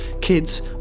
Kids